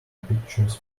pictures